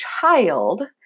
child